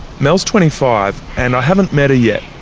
mel's twenty five and i haven't met her yet.